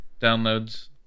downloads